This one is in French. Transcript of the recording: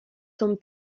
sont